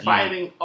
Fighting